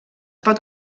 pot